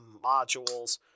modules